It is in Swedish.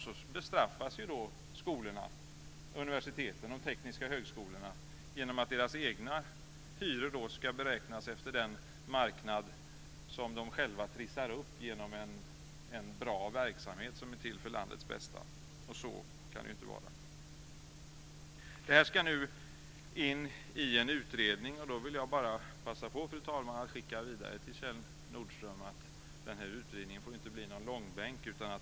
Då bestraffas skolorna, universiteten och de tekniska högskolorna, genom att deras egna hyror ska beräknas efter den marknad som de själva trissar upp genom en bra verksamhet för landets bästa. Så kan det inte vara. Det här ska nu in i en utredning, och då vill jag bara passa på, fru talman, att skicka vidare till Kjell Nordström att den här utredningen inte får bli någon långbänk.